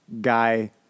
guy